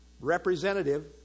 representative